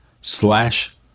slash